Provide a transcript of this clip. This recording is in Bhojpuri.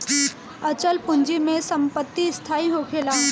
अचल पूंजी में संपत्ति स्थाई होखेला